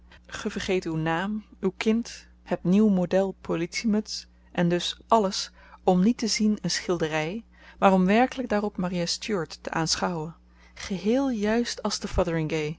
vergeet uw naam uw kind het nieuw model politiemuts en dus alles om niet te zien een schildery maar om werkelyk daarop maria stuart te aanschouwen geheel juist als